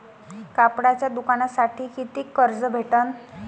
कापडाच्या दुकानासाठी कितीक कर्ज भेटन?